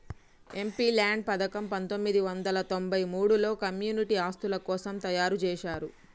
MPLADS పథకం పందొమ్మిది వందల తొంబై మూడులో కమ్యూనిటీ ఆస్తుల కోసం తయ్యారుజేశారు